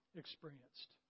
experienced